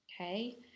Okay